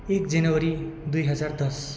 एक जनवरी दुई हजार दस